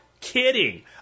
kidding